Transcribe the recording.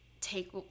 take